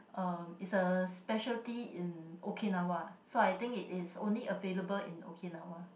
uh it's a specialty in Okinawa so I think it is only available in Okinawa